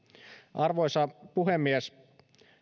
arvoisa puhemies